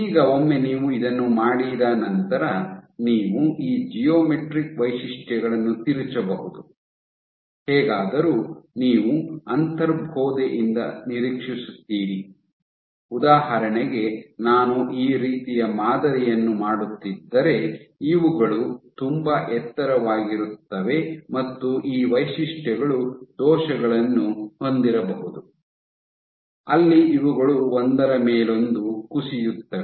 ಈಗ ಒಮ್ಮೆ ನೀವು ಇದನ್ನು ಮಾಡಿದ ನಂತರ ನೀವು ಈ ಜಿಯೋಮೆಟ್ರಿಕ್ ವೈಶಿಷ್ಟ್ಯಗಳನ್ನು ತಿರುಚಬಹುದು ಹೇಗಾದರೂ ನೀವು ಅಂತರ್ಬೋಧೆಯಿಂದ ನಿರೀಕ್ಷಿಸುತ್ತೀರಿ ಉದಾಹರಣೆಗೆ ನಾನು ಈ ರೀತಿಯ ಮಾದರಿಯನ್ನು ಮಾಡುತ್ತಿದ್ದರೆ ಇವುಗಳು ತುಂಬಾ ಎತ್ತರವಾಗಿರುತ್ತವೆ ಮತ್ತು ಈ ವೈಶಿಷ್ಟ್ಯಗಳು ದೋಷಗಳನ್ನು ಹೊಂದಿರಬಹುದು ಅಲ್ಲಿ ಇವುಗಳು ಒಂದರ ಮೇಲೊಂದು ಕುಸಿಯುತ್ತವೆ